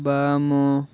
ବାମ